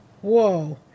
whoa